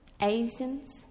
Asians